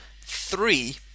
three